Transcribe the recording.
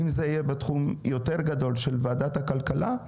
אם זה יהיה בתחום היותר גדול של ועדת הכלכלה,